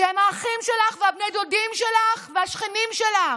שהם האחים שלך ובני הדודים שלך והשכנים שלך,